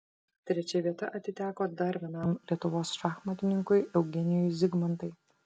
trečia vieta atiteko dar vienam lietuvos šachmatininkui eugenijui zigmantai